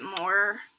more